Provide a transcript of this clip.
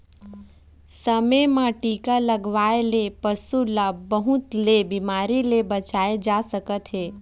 समे म टीका लगवाए ले पशु ल बहुत ले बिमारी ले बचाए जा सकत हे